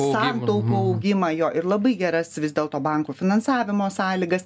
santaupų augimą jo ir labai geras vis dėlto bankų finansavimo sąlygas